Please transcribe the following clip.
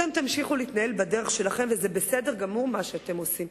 אתם תמשיכו להתנהל בדרך שלכם וזה בסדר גמור מה שאתם עושים,